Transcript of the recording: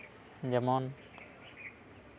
ᱡᱮᱢᱚᱱ